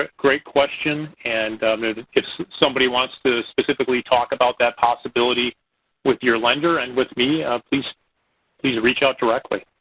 ah great question. and if somebody wants to specifically talk about that possibility with your lender and with me, ah please please reach out directly.